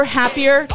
happier